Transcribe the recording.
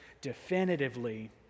definitively